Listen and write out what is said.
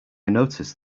noticed